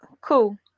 Cool